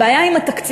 הבעיה עם התקציב,